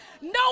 no